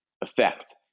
effect